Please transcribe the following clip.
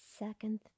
Second